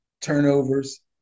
Turnovers